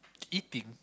eating